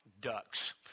ducks